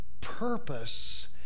purpose